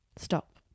Stop